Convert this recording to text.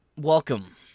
welcome